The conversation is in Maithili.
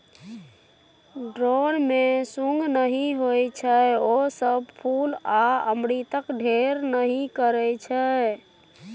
ड्रोन मे सुंग नहि होइ छै ओ सब फुल आ अमृतक ढेर नहि करय छै